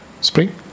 spring